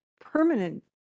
permanent